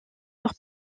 leur